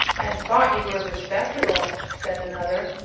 and thought you were respectable! said another.